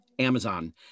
Amazon